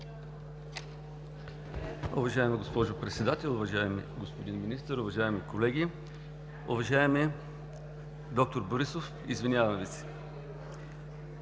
Уважаема госпожо Председател, уважаеми господин Министър, уважаеми колеги! Уважаеми доктор Борисов, извинявам Ви